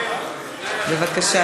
בבקשה,